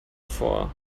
vor